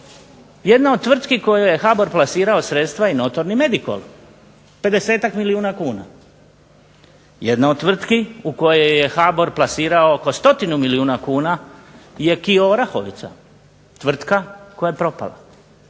jedna od tvrtki kojoj je HBOR plasirao sredstva je notorni Medikol, 50-ak milijuna kuna. Jedna od tvrtki u kojoj je HBOR plasirao oko stotinu milijuna kuna je KIO Orahovica, tvrtka koja je propala.